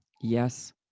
Yes